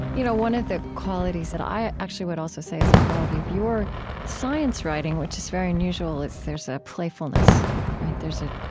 you know one of the qualities that i actually would also say is a quality of your science writing, which is very unusual, is there's a playfulness. there's a